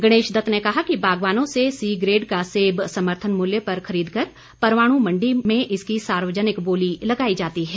गणेश दत्त ने कहा कि बागवानों से सी ग्रेड का सेब समर्थन मूल्य पर खरीद कर परवाणु मण्डी में इसकी सार्वजनिक बोली लगाई जाती है